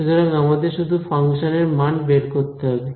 সুতরাং আমাদের শুধু ফাংশনের মান বের করতে হবে